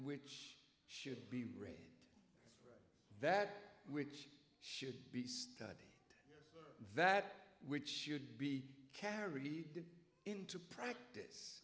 which should be read that which should be study that which should be carried into practice